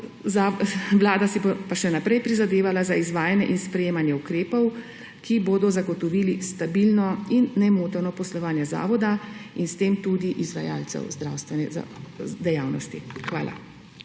Vlada še naprej prizadevala za izvajanje in sprejemanje ukrepov, ki bodo zagotovili stabilno in nemoteno poslovanje zavoda in s tem tudi izvajalcev zdravstvene dejavnosti. Hvala.